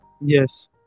Yes